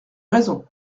raison